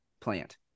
plant